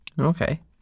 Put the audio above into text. Okay